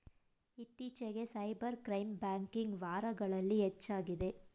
ಇತ್ತೀಚಿಗೆ cyber crime banking ವಾರಗಳಲ್ಲಿ ಹೆಚ್ಚಾಗಿದೆ